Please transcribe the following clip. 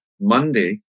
Monday